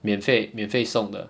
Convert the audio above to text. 免费免费送的